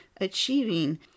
achieving